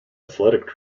athletic